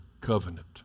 covenant